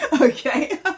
okay